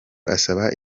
asaba